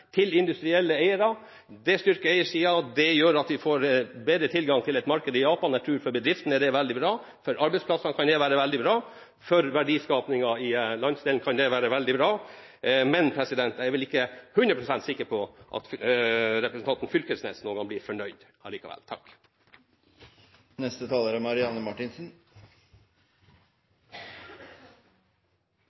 til industrielle eiere. Det styrker eiersida, og det fører til at vi får bedre tilgang til markedet i Japan. Jeg tror at for bedriften er dette veldig bra. For arbeidsplassene og for verdiskapingen i landsdelen kan dette være veldig bra. Men jeg er ikke 100 pst. sikker på at representanten Knag Fylkesnes allikevel noen gang blir fornøyd. Det begynner å bli løssluppent – det er